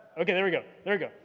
okay, there we go. there we go,